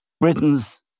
Britain's